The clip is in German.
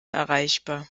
erreichbar